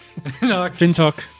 Fintok